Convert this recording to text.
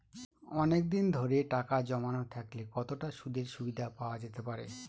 অনেকদিন ধরে টাকা জমানো থাকলে কতটা সুদের সুবিধে পাওয়া যেতে পারে?